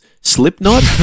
Slipknot